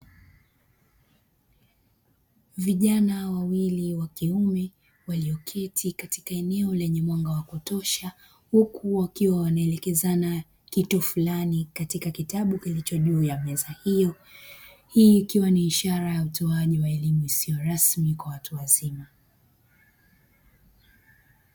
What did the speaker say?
Vijana wawili wakiume walioketi katika eneo lenye mwanga wa kutosha, huku wakiwa wanaelekezana kitu fulani katika kitabu kilicho juu ya meza hiyo. Hii ikiwa ni ishara ya utoaji wa elimu isiyo rasmi kwa watu wazima.